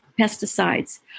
pesticides